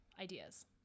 ideas